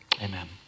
Amen